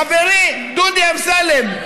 חברי דודי אמסלם,